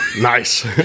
Nice